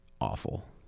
awful